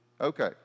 Okay